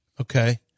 Okay